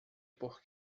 por